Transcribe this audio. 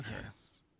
yes